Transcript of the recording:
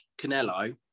Canelo